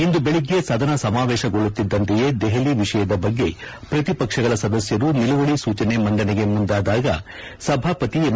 ಇಂದು ಬೆಳಿಗ್ಗೆ ಸದನ ಸಮಾವೇಶಗೊಳ್ಳುತ್ತಿದ್ದಂತೆಯೇ ದೆಹಲಿ ವಿಷಯದ ಬಗ್ಗೆ ಪ್ರತಿಪಕ್ಷಗಳ ಸದಸ್ಯರು ನಿಲುವಳಿ ಸೂಚನೆ ಮಂಡನೆಗೆ ಮುಂದಾದಾಗ ಸಭಾಪತಿ ಎಂ